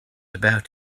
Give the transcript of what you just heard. about